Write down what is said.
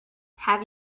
have